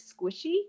squishy